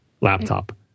laptop